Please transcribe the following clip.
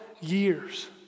years